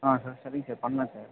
ஆ sir சரிங்க sir பண்ணலாம் sir